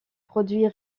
produits